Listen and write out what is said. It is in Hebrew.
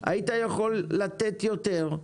היית יכול לתת יותר,